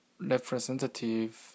representative